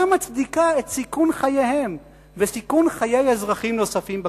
מצדיקה את סיכון חייהם וסיכון חיי אזרחים נוספים בכביש.